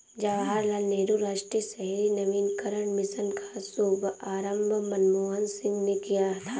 जवाहर लाल नेहरू राष्ट्रीय शहरी नवीकरण मिशन का शुभारम्भ मनमोहन सिंह ने किया था